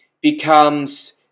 becomes